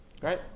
Great